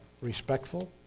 respectful